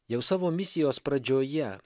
jau savo misijos pradžioje